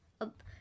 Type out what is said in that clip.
up